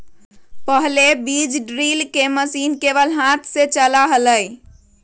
पहले बीज ड्रिल के मशीन केवल हाथ से चला हलय